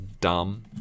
Dumb